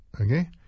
Okay